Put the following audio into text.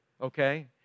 Okay